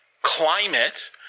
climate